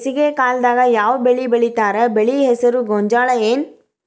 ಬೇಸಿಗೆ ಕಾಲದಾಗ ಯಾವ್ ಬೆಳಿ ಬೆಳಿತಾರ, ಬೆಳಿ ಹೆಸರು ಗೋಂಜಾಳ ಏನ್?